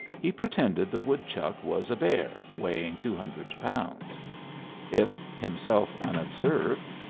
he pretended the woodchuck was a bear, weighing two hundred pounds if, himself unobserved,